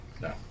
No